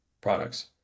products